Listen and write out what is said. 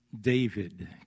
David